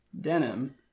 denim